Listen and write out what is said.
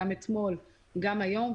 גם אתמול וגם היום,